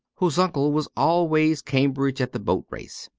whose uncle was always cambridge at the boat race.